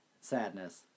Sadness